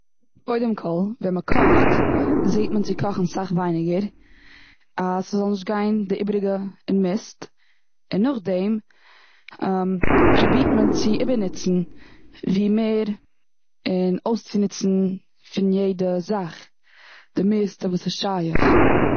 קודם כל ווען מ'קאכט, זעהט מען צו קאכן סאך ווייניגער אז ס'זאל נישט גיין די איבריגע און מיסט. און נאכדעם פרובירט מען צו איבערניצן ווי מער, און צי אויסנוצן פון יעדע זאך די מערסטע וואס איז שייך.